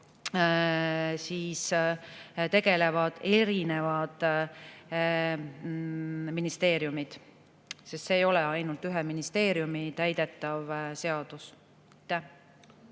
tegelevad eri ministeeriumid, see ei ole ainult ühe ministeeriumi täidetav seadus.